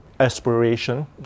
aspiration